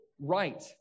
right